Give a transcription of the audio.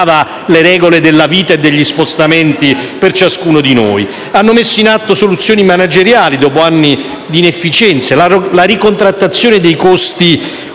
le regole della vita e degli spostamenti per ciascuno di noi. Hanno messo in atto soluzioni manageriali dopo anni di inefficienza e la contrattazione dei costi